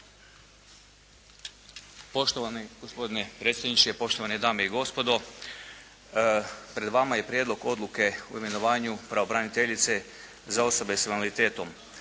Poštovani gospodine predsjedniče, poštovane dame i gospodo. Pred vama je Prijedlog odluke o imenovanju pravobranitelje s invaliditetom.